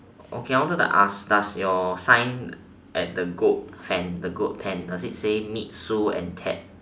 okay I wanted to ask does your sign at the goat pen goat pen does it say meet sue and ted